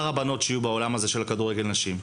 הבנות שיהיו בעולם הזה של כדורגל נשים,